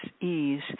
ease